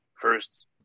first